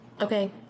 Okay